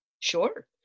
Sure